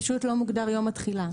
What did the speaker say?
פשוט לא מוגדר יום התחילה.